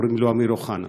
קוראים לו אמיר אוחנה.